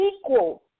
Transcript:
equal